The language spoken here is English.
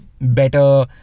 better